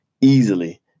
easily